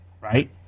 Right